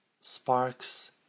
sparks